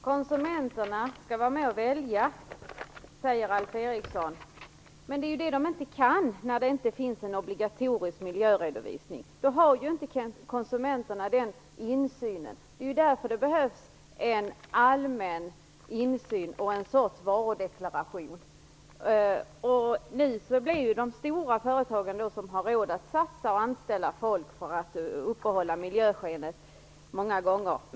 Herr talman! Alf Eriksson säger att konsumenterna skall vara med och välja. Men det är ju det de inte kan när det inte finns en obligatorisk miljöredovisning. Då har inte konsumenterna den insynen. Det är därför det behövs en allmän insyn och en sorts varudeklaration. Nu blir det ju de stora företagen som har råd att satsa och anställa folk för att uppehålla miljöskenet.